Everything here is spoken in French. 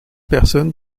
personne